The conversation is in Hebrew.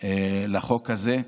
בחוק הזה.